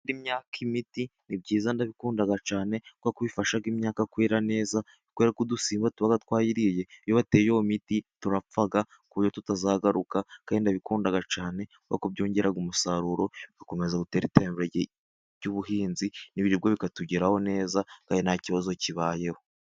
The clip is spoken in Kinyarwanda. Guha imyaka imiti ni byiza ndabikunda cyane, kuko bifasha nk'imyaka kwera neza, kubera ko udusiba tuba twayiriye iyo uteye uwo muti turapfa, ku buryo tutazagaruka, kandi ndabikunda cyane kuko byongera umusaruro , ugakomeza gutera iterambere ry'ubuhinzi ibiribwa bikatugeraho neza kandi nta kibazo kibayeho.